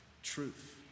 Truth